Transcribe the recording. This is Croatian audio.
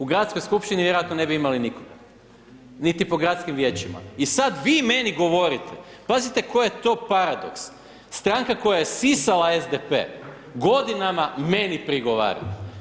U gradskoj skupštini vjerojatno ne bi imali nikoga, niti po gradskim vijećima i sada vi meni govorite, pazite koji je to paradoks stranka koja je sisala SDP godinama, meni prigovara.